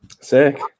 Sick